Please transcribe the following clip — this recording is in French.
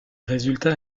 résultats